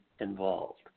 involved